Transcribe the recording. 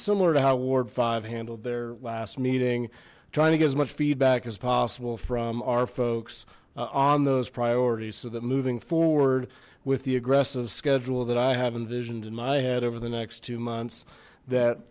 similar to how ward five handled their last meeting trying to get as much feedback as possible from our folks on those priorities so that moving forward with the aggressive schedule that i have envisioned in my head over the next two months that